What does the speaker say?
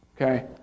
Okay